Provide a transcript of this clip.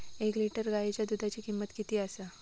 एक लिटर गायीच्या दुधाची किमंत किती आसा?